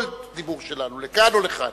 כל דיבור שלנו, לכאן או לכאן.